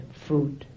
fruit